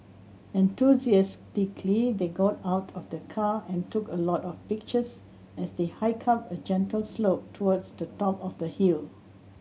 enthusiastically they got out of the car and took a lot of pictures as they hiked up a gentle slope towards the top of the hill